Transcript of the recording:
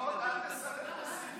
לפחות אל תסלף את הדברים,